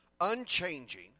unchanging